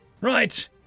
Right